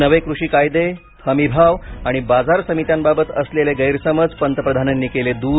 नवे कृषी कायदे हमी भाव आणि बाजार सामित्यांबाबत असलेले गैरसमज पंतप्रधानांनी केले दूर